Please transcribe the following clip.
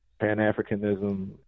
Pan-Africanism